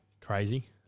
Crazy